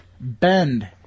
Bend